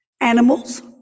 animals